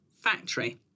factory